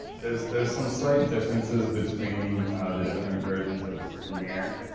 there's there's some slight differences between the different versions of premiere.